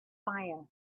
fire